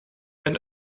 and